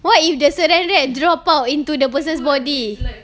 what if the saran wrap drop out into the person's body